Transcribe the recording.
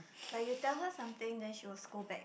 like you tell her something then she will scold back